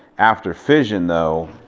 after fission though,